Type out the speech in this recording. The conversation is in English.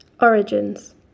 Origins